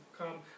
come